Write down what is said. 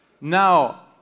Now